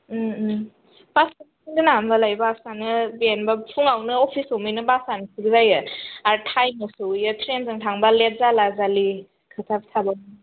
बासजों थांदोना ओमबालाय बासानो जेनेबा फुंआवनो अफिस हमहैनो बासआनो थिग जायो आरो टाइमाव सहैयो ट्रेनजों थांब्ला लेट जाला जालि खोथा थायो